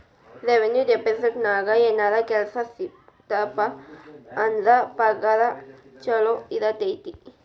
revenue ಡೆಪಾರ್ಟ್ಮೆಂಟ್ನ್ಯಾಗ ಏನರ ಕೆಲ್ಸ ಸಿಕ್ತಪ ಅಂದ್ರ ಪಗಾರ ಚೊಲೋ ಇರತೈತಿ